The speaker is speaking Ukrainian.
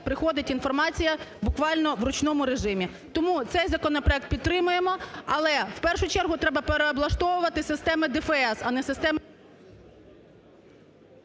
приходить інформація буквально в ручному режимі. Тому цей законопроект підтримаємо, але в першу чергу треба переоблаштовувати системи ДФС, а не систему…